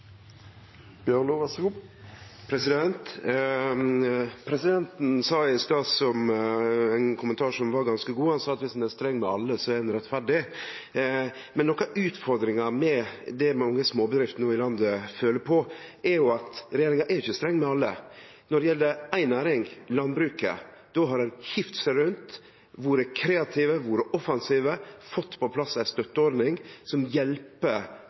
Presidenten hadde i stad ein kommentar som var ganske god. Han sa at om ein er streng med alle, er ein rettferdig. Men noko av utfordringa med det mange småbedrifter i landet no føler på, er jo at regjeringa ikkje er streng med alle. Når det gjeld ei næring – landbruket – har ein hivd seg rundt, vore kreativ, vore offensiv og fått på plass ei støtteordning som hjelper